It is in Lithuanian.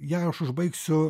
ją aš užbaigsiu